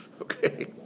Okay